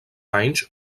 anys